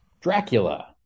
Dracula